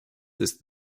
ist